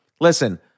listen